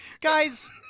guys